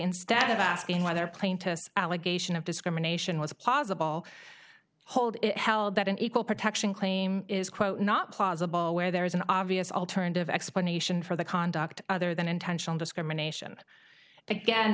instead of asking whether plaintiff allegation of discrimination was a possible hold it held that an equal protection claim is quote not plausible where there is an obvious alternative explanation for the conduct other than intentional discrimination again